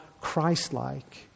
Christ-like